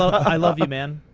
i love you, man.